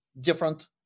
different